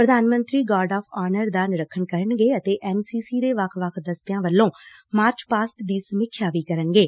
ਪ੍ਰਧਾਨ ਮੰਤਰੀ guard of honour ਦਾ ਨਿਰੀਖਣ ਕਰਨਗੇ ਅਤੇ ਐਨ ਸੀ ਸੀ ਦੇ ਵੱਖ ਵੱਖ ਦਸਤਿਆਂ ਵੱਲੋਂ ਮਾਰਚ ਪਾਸਟ ਦੀ ਸਮੀਖਿਆ ਕਰਨਗੇ